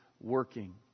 working